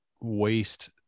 waste